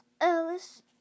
Alice